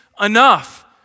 enough